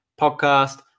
podcast